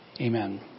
Amen